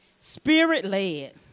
Spirit-led